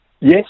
Yes